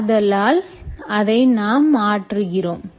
ஆதலால் அதை நாம் மாற்றுகிறோம்